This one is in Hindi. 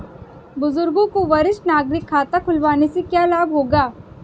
बुजुर्गों को वरिष्ठ नागरिक खाता खुलवाने से क्या लाभ होगा?